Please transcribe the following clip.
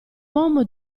uomo